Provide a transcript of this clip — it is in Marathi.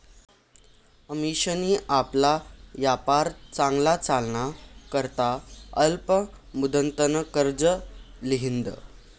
अमिशानी आपला यापार चांगला चालाना करता अल्प मुदतनं कर्ज ल्हिदं